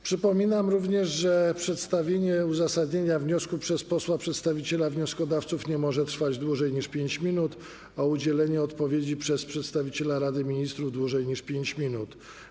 Przypominam również, że przedstawienie uzasadnienia wniosku przez posła przedstawiciela wnioskodawców nie może trwać dłużej niż 5 minut, a udzielenie odpowiedzi przez przedstawiciela Rady Ministrów nie może trwać dłużej niż 5 minut.